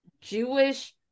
jewish